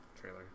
trailer